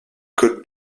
codes